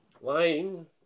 Lying